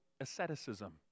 asceticism